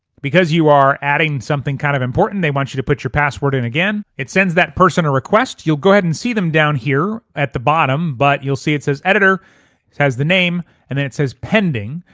because you are adding something kind of important they want you to put your password in again. it sends that person a request you'll go ahead and see them down here at the bottom but you'll see it says editor, it has the name and then it says pending.